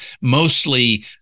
mostly